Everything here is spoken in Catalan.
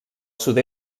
sud